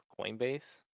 Coinbase